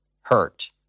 hurt